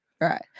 Right